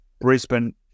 Brisbane